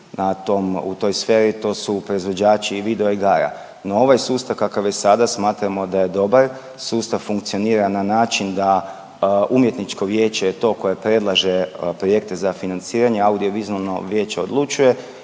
u toj sferi, to su proizvođači video igara no ovaj sustav kakav je sada smatramo da je dobar, sustav funkcionira na način da umjetničko vijeće je to koje predlaže projekte za financiranje, audiovizualno vijeće odlučuje